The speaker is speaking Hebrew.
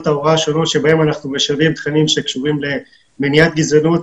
ההוראה השונות בהן אנחנו משלבים תכנים שקשורים למניעת גזענות